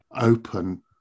open